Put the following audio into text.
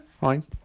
fine